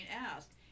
asked